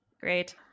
Great